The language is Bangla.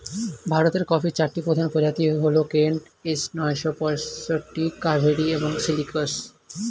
ভারতের কফির চারটি প্রধান প্রজাতি হল কেন্ট, এস নয়শো পঁয়ষট্টি, কাভেরি এবং সিলেকশন